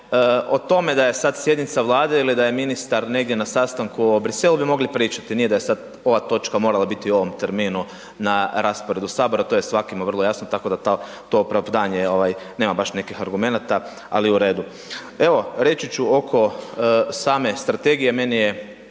o tome da je sad sjednica Vlade ili da je ministar negdje na sastanku u Bruxelles-u, mogli bi pričati, nije da je sada ova točka morala biti u ovom terminu na rasporedu Sabora, to je svakome vrlo jasno tako da to opravdanje nema baš nekih argumenata, ali u redu. Evo reći ću oko same Strategije meni je,